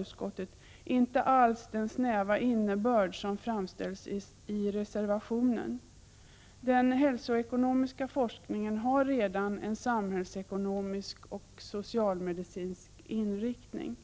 utskottet, inte alls den snäva innebörd som framställs i reservationen. Den hälsoekonomiska forskningen har redan en samhällsekonomisk och socialmedicinsk inriktning.